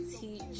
teach